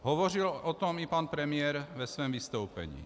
Hovořil o tom i pan premiér ve svém vystoupení.